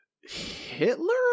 Hitler